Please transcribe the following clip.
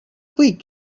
quick